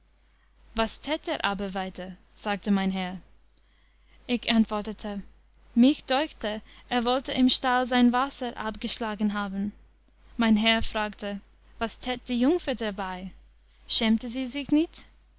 was tät er aber weiter sagte mein herr ich antwortete mich deuchte er wollte im stall sein wasser abgeschlagen haben mein herr fragte was tät die jungfer dabei schämte sie sich nicht